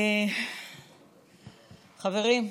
חברים,